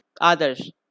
Others